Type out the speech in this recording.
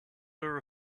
hour